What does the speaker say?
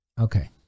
Okay